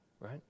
right